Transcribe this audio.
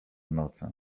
noce